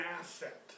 asset